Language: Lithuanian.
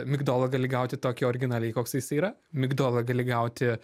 migdolą gali gauti tokį originaliai koks jisai yra migdolą gali gauti